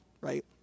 right